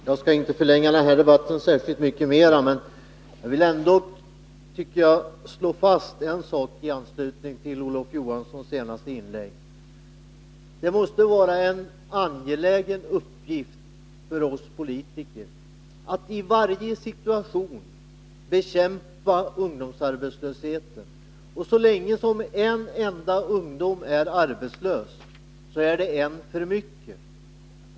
Fru talman! Jag skall inte förlänga debatten särskilt mycket mer, men jag vill slå fast en sak i anslutning till Olof Johanssons senaste inlägg. Det måste vara en angelägen uppgift för oss politiker att i varje situation bekämpa ungdomsarbetslösheten. Så länge som en enda ungdom är arbetslös är det en för mycket.